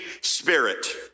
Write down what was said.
spirit